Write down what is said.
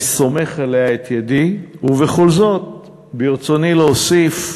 אני סומך עליה את ידי, ובכל זאת ברצוני להוסיף,